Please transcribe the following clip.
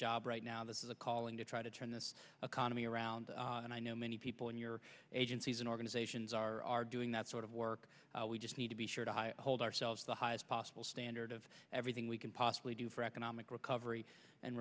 job right now this is a calling to try to turn this economy around and i know many people in your agencies and organizations are doing that sort of work we just need to be sure to high hold ourselves the highest possible standard of everything we can possibly do for economic recovery and